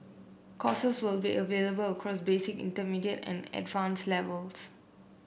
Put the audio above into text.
courses will be available across basic intermediate and advanced levels